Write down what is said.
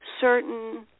certain